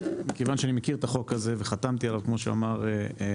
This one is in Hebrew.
כיוון שאני מכיר את החוק הזה וחתמתי עליו כמו שאמר אסף.